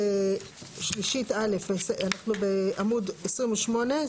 אנחנו בעמוד 28,